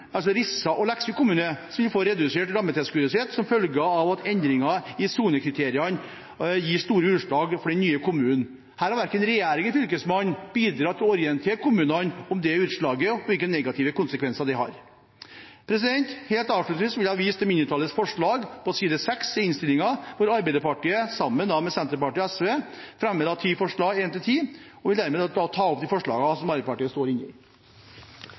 altså Rissa og Leksvik kommuner, som vil få redusert rammetilskuddet sitt som følge av at endringer i sonekriteriene gir store utslag for den nye kommunen. Her har verken regjering eller fylkesmann bidratt til å orientere kommunene om dette utslaget og hvilke negative konsekvenser det har. Helt avslutningsvis vil jeg vise til mindretallets forslag på side 6 i innstillingen, hvor Arbeiderpartiet, sammen med Senterpartiet og SV, fremmer ti forslag, forslagene nr. 1–10, og jeg vil hermed ta opp disse forslagene. Representanten Jorodd Asphjell har teke opp dei forslaga han viste til. Det vert replikkordskifte. Arbeiderpartiet